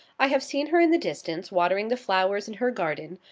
i have seen her in the distance, watering the flowers in her garden,